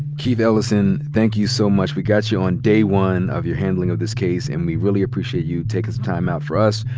keith ellison, thank you so much. we got you on day one of your handling of this case and we really appreciate you taking some time out for us,